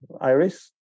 Iris